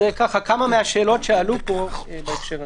אלה כמה מהשאלות שעלו פה בהקשר הזה.